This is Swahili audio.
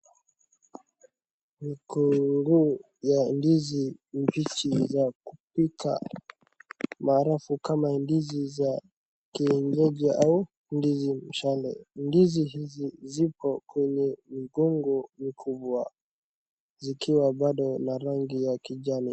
Mikungu ya ndizi mbichi za kupika maarafu kama ndizi za kienyeji au ndizi mshale. Ndizi hizi zipo kwenye mikongo mikubwa, zikiwa bado na rangi ya kijani.